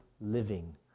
living